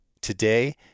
Today